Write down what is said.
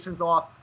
off